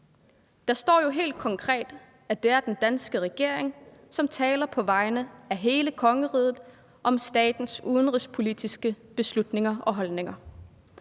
Der står jo helt konkret, at det er den danske regering, som taler på vegne af hele kongeriget om statens udenrigspolitiske beslutninger og holdninger.